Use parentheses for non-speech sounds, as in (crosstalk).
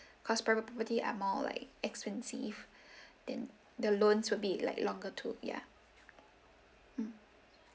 cause private property up more like expensive then the loans would be like longer too ya (noise) mm